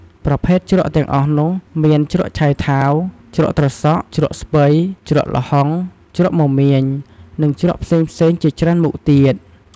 ប្រភេទជ្រក់ទាំងអស់នោះមាន ជ្រក់ឆៃថាវ ជ្រក់ត្រសក់ ជ្រក់ស្ពៃ ជ្រក់ល្ហុង ជ្រក់មមាញ និងជ្រក់ផ្សេងៗជាច្រើនមុខទៀត។